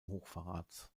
hochverrats